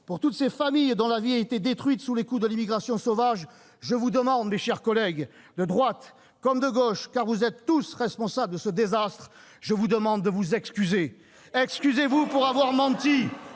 pour toutes ces familles dont la vie a été détruite sous les coups de l'immigration sauvage, je vous demande, mes chers collègues, de droite comme de gauche, car vous êtes tous responsables de ce désastre, je vous demande de vous excuser ! Mais bien sûr ! Excusez-vous pour avoir menti